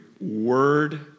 word